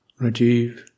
Rajiv